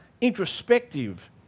introspective